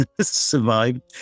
survived